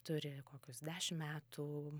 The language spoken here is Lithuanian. turi kokius dešimit metų